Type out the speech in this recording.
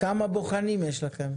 כמה בוחנים יש לכם?